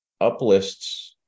uplists